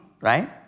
right